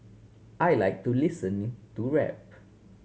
I like to listening to rap